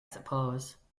suppose